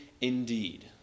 indeed